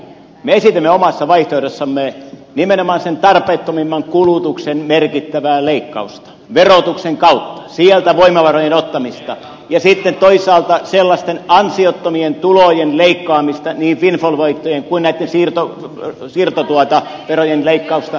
me esitimme omassa vaihtoehdossamme nimenomaan sen tarpeettomimman kulutuksen merkittävää leikkausta verotuksen kautta sieltä voimavarojen ottamista ja sitten toisaalta sellaisten ansiottomien tulojen leikkaamista niin windfall voittojen kuin näitten siirtoverojen leikkausta